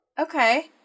Okay